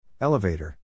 Elevator